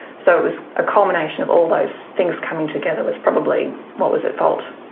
so it was a culmination of all those things coming together was probably what was at fault.